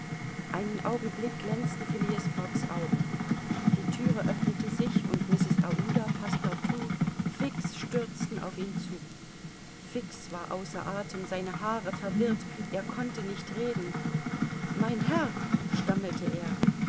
einen augenblick glänzten phileas fogg's augen die thüre öffnete sich und mrs aouda passepartout fix stürzten auf ihn zu fix war außer athem seine haare verwirrt er konnte nicht reden mein herr stammelte er